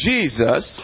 Jesus